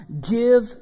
Give